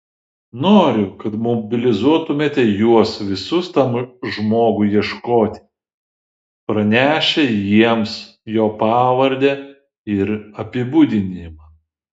noriu kad mobilizuotumėte juos visus tam žmogui ieškoti pranešę jiems jo pavardę ir apibūdinimą